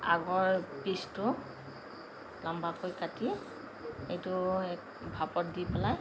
আগৰ পিচটো লম্বাকৈ কাটি এইটো ভাপত দি পেলাই